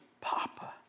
Papa